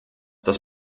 das